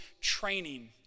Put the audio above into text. training